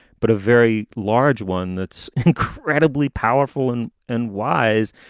but a very large one that's incredibly powerful and and wise.